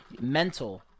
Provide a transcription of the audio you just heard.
mental